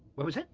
what was